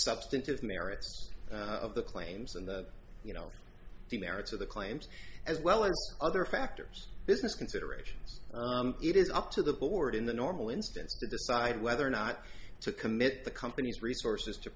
substantive merits of the claims and that you know the merits of the claims as well as other factors business considerations it is up to the board in the normal instance to decide whether or not to commit the company's resources to